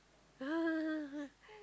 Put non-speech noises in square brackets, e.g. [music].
[laughs]